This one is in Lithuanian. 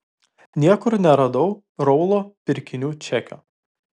niekur neradau raulo pirkinių čekio